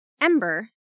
Ember